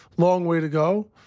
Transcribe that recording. long way to go,